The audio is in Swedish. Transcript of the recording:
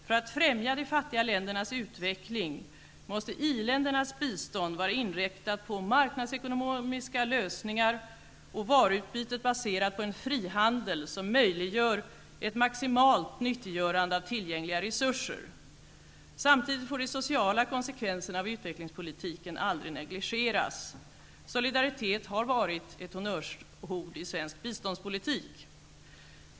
För att främja de fattiga ländernas utveckling måste i-ländernas bistånd vara inriktat på marknadsekonomiska lösningar och varuutbytet baserat på en frihandel som möjliggör ett maximalt nyttiggörande av tillgängliga resurser. Samtidigt får de sociala konsekvenserna av utvecklingspolitiken aldrig negligeras. Solidaritet har varit ett honnörsord i svensk biståndspolitik.